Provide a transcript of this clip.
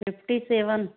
fifty seven